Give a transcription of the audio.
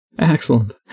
Excellent